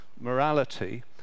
morality